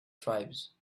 tribes